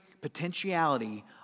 potentiality